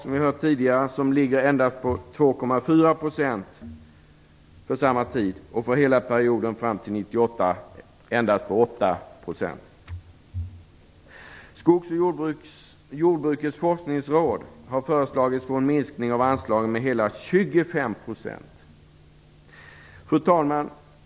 Som vi tidigare har hört ligger de på endast 2,4 Skogs och jordbrukets forskningsråd har föreslagits få en minskning av anslagen med hela 25 %. Fru talman!